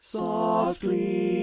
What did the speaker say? softly